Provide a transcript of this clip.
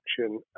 action